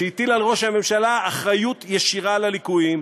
שהטיל על ראש הממשלה אחריות ישירה לליקויים,